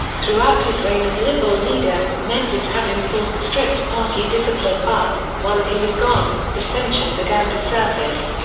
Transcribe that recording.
throughout his reign as liberal leader, menzies had enforced strict party discipline but, once he was gone, dissension began to surface.